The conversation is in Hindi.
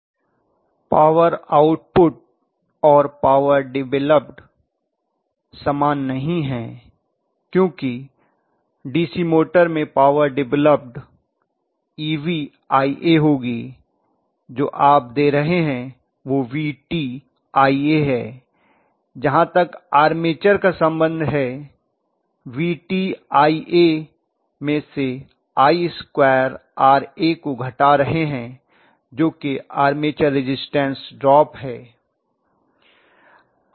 पावर आउटपुट और पावर डिवेलप्ट समान नहीं हैं क्योंकि DC मोटर में पावर डिवेलप्ट EbIa होगी जो आप दे रहे हैं वह VtIa है जहाँ तक आर्मेचर का संबंध है VtIa में से Ia2Raको घटा रहे हैं जो कि आर्मेचर रेजिस्टेंस ड्रॉप है